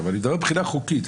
מבחינה חוקית,